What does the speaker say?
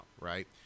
right